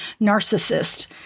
narcissist